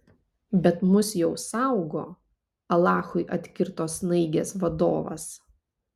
bet mus jau saugo alachui atkirto snaigės vadovas